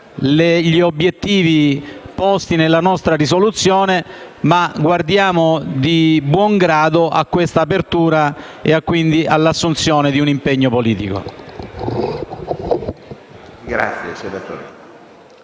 gli obiettivi posti nella nostra risoluzione, ma guardiamo di buon grado a questa apertura e, quindi, all'assunzione di un impegno politico.